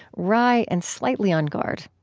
wry and slightly on guard